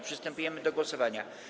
Przystępujemy do głosowania.